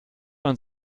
man